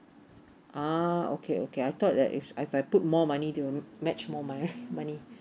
uh okay okay I thought that if I I put more money they will match more my money